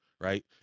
right